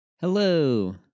Hello